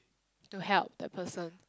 to help the person